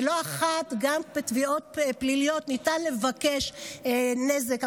ולא אחת גם בתביעות פליליות ניתן לבקש נזק,